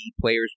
players